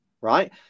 Right